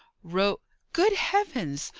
ro good heavens!